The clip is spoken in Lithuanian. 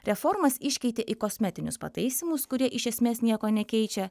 reformas iškeitė į kosmetinius pataisymus kurie iš esmės nieko nekeičia